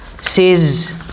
says